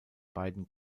beiden